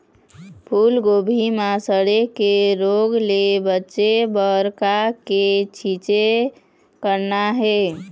फूलगोभी म सड़े के रोग ले बचे बर का के छींचे करना ये?